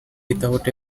without